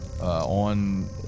On